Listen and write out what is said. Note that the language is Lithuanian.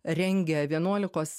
rengia vienuolikos